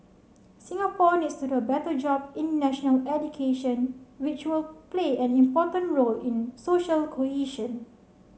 Singapore needs to do a better job in national education which will play an important role in social cohesion